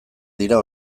dira